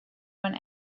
want